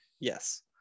Yes